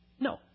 no